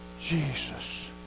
jesus